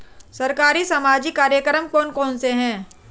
सरकारी सामाजिक कार्यक्रम कौन कौन से हैं?